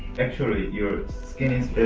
actually, your skin is